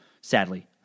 sadly